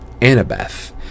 Annabeth